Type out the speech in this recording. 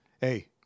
hey